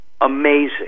amazing